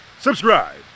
subscribe